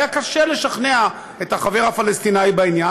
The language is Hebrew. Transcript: היה קשה לשכנע את החבר הפלסטיני בעניין,